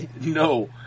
No